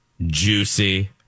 juicy